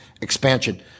expansion